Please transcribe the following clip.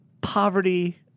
poverty